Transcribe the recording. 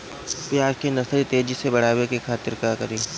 प्याज के नर्सरी तेजी से बढ़ावे के खातिर का करी?